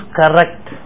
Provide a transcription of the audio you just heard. correct